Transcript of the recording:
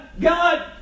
God